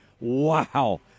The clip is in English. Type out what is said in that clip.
Wow